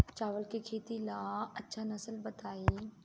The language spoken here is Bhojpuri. चावल के खेती ला अच्छा नस्ल बताई?